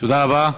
תודה רבה.